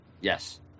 Yes